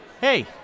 Hey